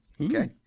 Okay